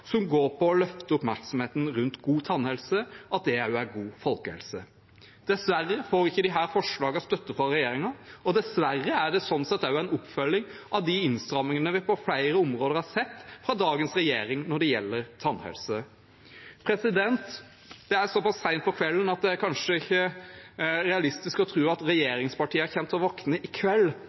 som går på å rette oppmerksomheten mot god tannhelse og løfte fram at det også er god folkehelse. Dessverre får ikke disse forslagene støtte fra regjeringen, og dessverre er det sånn sett også en oppfølging av de innstrammingene vi på flere områder har sett fra dagens regjering når det gjelder tannhelse. Det er så pass sent på kvelden at det kanskje ikke er realistisk å tro at regjeringspartiene kommer til å våkne i kveld